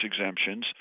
exemptions